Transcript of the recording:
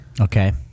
Okay